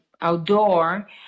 outdoor